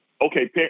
okay